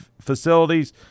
facilities